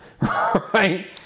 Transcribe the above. Right